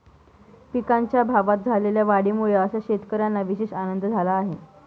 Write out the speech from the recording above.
पिकांच्या भावात झालेल्या वाढीमुळे अशा शेतकऱ्यांना विशेष आनंद झाला आहे